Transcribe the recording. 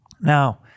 Now